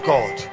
God